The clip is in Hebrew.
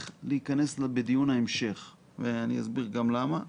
להיכנס בדיון המשך ואני גם אסביר למה.